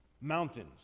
mountains